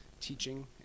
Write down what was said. teaching